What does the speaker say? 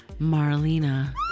Marlena